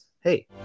hey